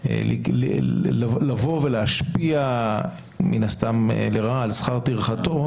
לבוא ולהשפיע מן הסתם לרעה על שכר טרחתו,